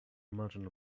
merchant